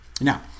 Now